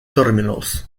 terminals